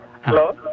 Hello